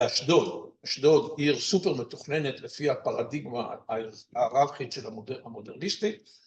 ‫אשדוד, אשדוד, עיר סופר מתוכננת ‫לפי הפרדיגמה הררכית של המדריך המודרניסטי.